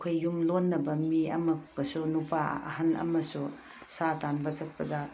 ꯑꯩꯈꯣꯏ ꯌꯨꯝꯂꯣꯟꯅꯕ ꯃꯤ ꯑꯃꯒꯁꯨ ꯅꯨꯄꯥ ꯑꯍꯜ ꯑꯃꯁꯨ ꯁꯥ ꯇꯥꯟꯕ ꯆꯠꯄꯗ